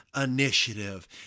initiative